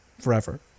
forever